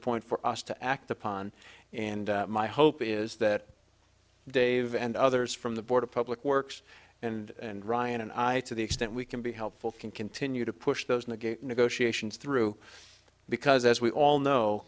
point for us to act upon and my hope is that dave and others from the board of public works and ryan and i to the extent we can be helpful can continue to push those negate negotiations through because as we all know